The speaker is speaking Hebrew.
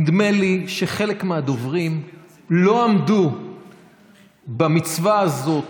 נדמה לי שחלק מהדוברים לא עמדו במצווה הזאת,